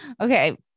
Okay